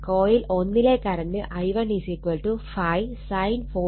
coil 1 ലെ current i1 5 sin ആംപിയറാണ്